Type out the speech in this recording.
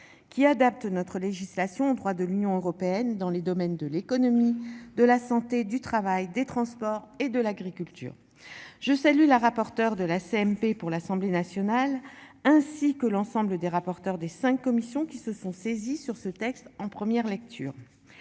qui adapte notre législation droit de l'Union européenne dans les domaines de l'économie de la santé, du travail des transports et de l'agriculture. Je salue la rapporteure de la CMP pour l'Assemblée nationale, ainsi que l'ensemble des rapporteurs des 5 commissions qui se sont saisis sur ce texte en première lecture.